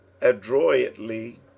adroitly